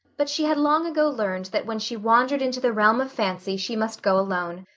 but she had long ago learned that when she wandered into the realm of fancy she must go alone.